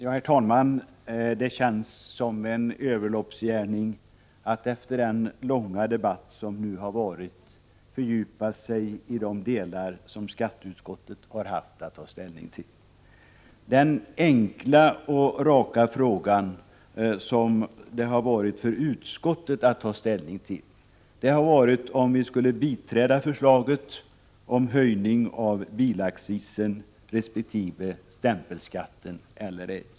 Herr talman! Efter den långa debatt som nu har varit känns det såsom en överloppsgärning att fördjupa sig i de delar av propositionen som skatteutskottet har haft att ta ställning till. Den enkla och raka fråga som utskottet haft att besvara är om vi skall biträda förslaget om höjning av bilaccisen resp. stämpelskatten eller ej.